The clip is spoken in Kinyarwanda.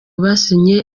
basinye